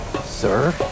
Sir